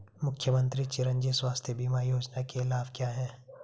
मुख्यमंत्री चिरंजी स्वास्थ्य बीमा योजना के क्या लाभ हैं?